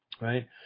right